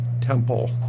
temple